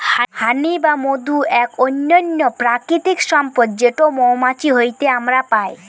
হানি বা মধু এক অনন্য প্রাকৃতিক সম্পদ যেটো মৌমাছি হইতে আমরা পাই